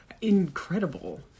incredible